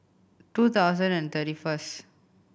two thousand and thirty first